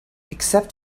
except